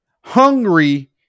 hungry